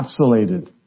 encapsulated